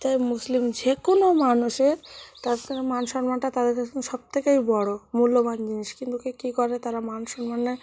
তায় মুসলিম যে কোনো মানুষের তাছাড়া মান সম্মানটা তাদের কাছে সবথেকেই বড় মূল্যবান জিনিস কিন্তু কী করে তারা মান সম্মানের